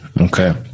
Okay